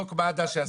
בחוק מד"א,